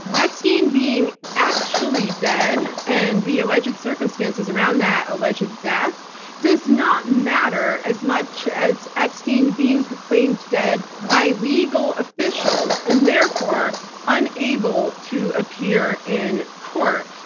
epstein being actually dead and the alleged circumstances around that alleged death does not matter as much as epstein being proclaimed dead by legal officials, and therefore unable to appear in court.